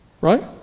Right